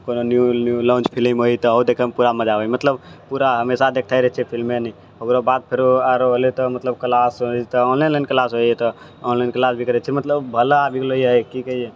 कोनो new new launch film होइ तऽ उ देखैमे पूरा मजा आबैय मतलब पूरा हमेशा देखते रहै छियै फिल्मे नी ओकरा बाद फेरो आरो एलै तऽ मतलब क्लास होइ तऽ ओनेलाइन क्लास होइए तऽ ऑनलाइन क्लास भी करै छी मतलब भला भेलैय कि कहै छै